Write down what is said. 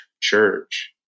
church